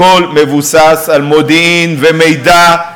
הכול מבוסס על מודיעין ומידע,